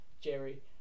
Jerry